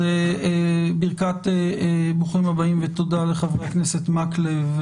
אז ברכת ברוכים הבאים ותודה לחברי הכנסת מקלב,